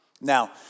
Now